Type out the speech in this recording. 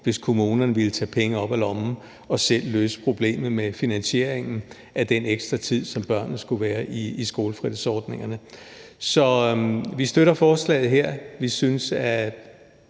hvis kommunerne ville tage penge op af lommen og selv løse problemet med finansieringen af den ekstra tid, som børnene skulle være i skolefritidsordningerne. Så vi støtter forslaget her. Vi synes, det